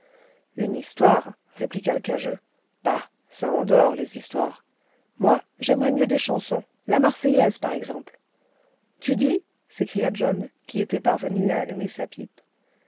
une histoire répliqua l'cageux bah ça endort les histoires moi j'aimerais mieux des chansons la marseillaise par exemple tu dis s'écria john qui était parvenu à allumer sa pipe